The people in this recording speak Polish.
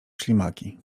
ślimaki